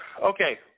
Okay